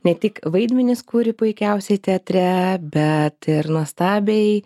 ne tik vaidmenis kuri puikiausiai teatre bet ir nuostabiai